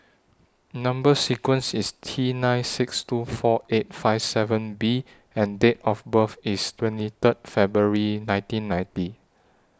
Number sequence IS T nine six two four eight five seven B and Date of birth IS twenty Third February nineteen ninety